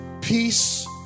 peace